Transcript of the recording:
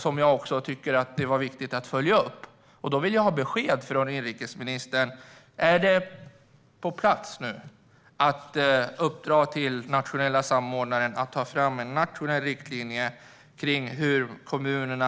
Det här tyckte jag var viktigt att följa upp, och jag vill ha besked från inrikesministern om detta är på plats. Har Nationella samordnaren fått i uppdrag att ta fram en nationell riktlinje till kommunerna?